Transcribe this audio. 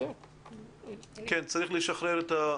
אני רוצה לומר שאני שותפה לדברים שרחלי אמרה לגבי קבוצת